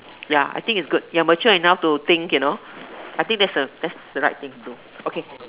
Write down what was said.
ya I think it's good you are mature enough to think you know I think that's a that's a right thing to do